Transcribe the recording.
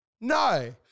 no